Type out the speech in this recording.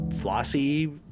flossy